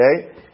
Okay